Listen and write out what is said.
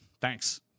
thanks